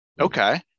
okay